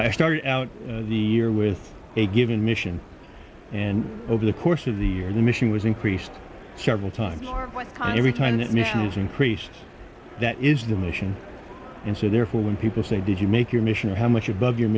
possible out of the year with a given mission and over the course of the year the mission was increased general time every time that mission has increased that is the mission and so therefore when people say did you make your mission how much above your